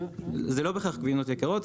זה לא בהכרח גבינות יקרות,